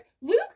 Luke